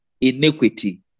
iniquity